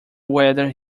whether